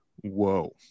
whoa